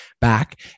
back